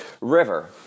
River